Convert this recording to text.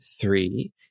three